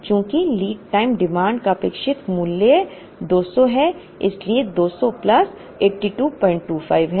चूँकि lead time demand का अपेक्षित मूल्य 200 है इसलिए 200 प्लस 8225 है